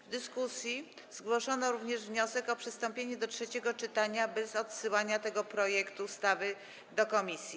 W dyskusji zgłoszono również wniosek o przystąpienie do trzeciego czytania bez odsyłania tego projektu ustawy do komisji.